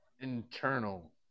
internal